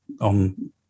on